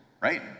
right